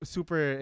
Super